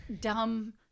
dumb